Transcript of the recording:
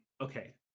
Okay